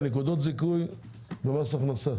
נקודות זיכוי במס הכנסה